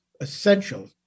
essential